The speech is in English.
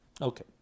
Okay